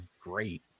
great